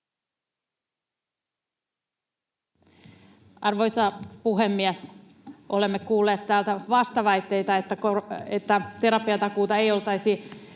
Arvoisa puhemies! Olemme kuulleet täältä vastaväitteitä sille, että terapiatakuun etenemistä